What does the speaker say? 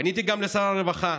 פניתי גם לשר הרווחה